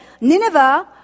Nineveh